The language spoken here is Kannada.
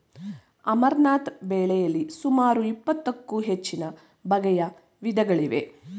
ಅಮರ್ನಾಥ್ ಬೆಳೆಯಲಿ ಸುಮಾರು ಇಪ್ಪತ್ತಕ್ಕೂ ಹೆಚ್ಚುನ ಬಗೆಯ ವಿಧಗಳಿವೆ